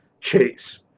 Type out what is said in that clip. chase